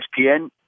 ESPN